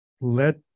let